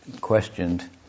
questioned